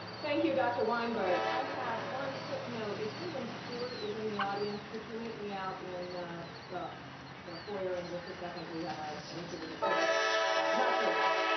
thank you, dr. weinberg. i have one quick note. if william stewart is in the audience, could you meet me out in the the foyer in just a second? we have ah an issue with a kid not serious.